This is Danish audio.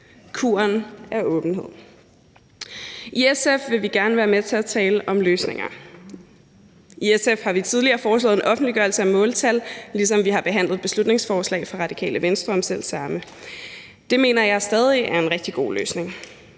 kuren åbenhed. I SF vil vi gerne være med til at tale om løsninger. I SF har vi tidligere foreslået en offentliggørelse af måltal, ligesom vi har behandlet beslutningsforslag fra Radikale Venstre om selv samme. Det mener jeg stadig er en rigtig god løsning.